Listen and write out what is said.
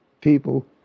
people